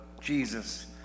Jesus